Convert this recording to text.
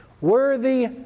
Worthy